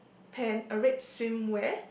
pant a red swimwear